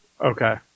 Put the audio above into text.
Okay